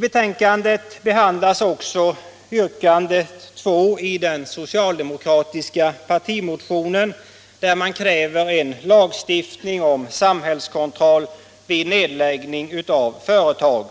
betänkandet behandlas också yrkandet 2 i den socialdemokratiska partimotionen, där det krävs lagstiftning om samhällskontroll vid nedläggning av företag.